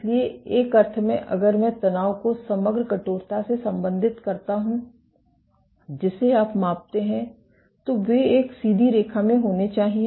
इसलिए एक अर्थ में अगर मैं तनाव को समग्र कठोरता से संबंधित करता हूं जिसे आप मापते हैं तो वे एक सीधी रेखा में होनी चाहिए